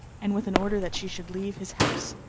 and with an order that she should leave his house.